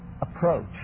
approach